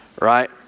right